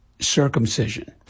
Circumcision